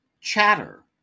Chatter